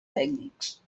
tècnics